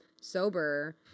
sober